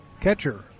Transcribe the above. catcher